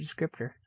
descriptor